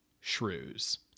shrews